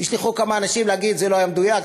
נשלחו כמה אנשים להגיד: זה לא היה מדויק,